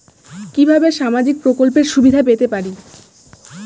কিভাবে সামাজিক প্রকল্পের সুবিধা পেতে পারি?